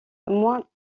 moins